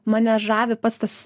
mane žavi pas tas